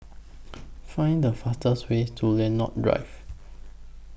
Find The fastest Way to Lentor Drive